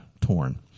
torn